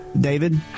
David